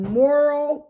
moral